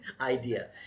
idea